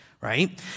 right